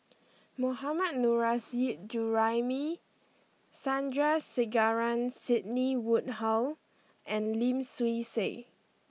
Mohammad Nurrasyid Juraimi Sandrasegaran Sidney Woodhull and Lim Swee Say